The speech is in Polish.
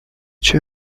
cię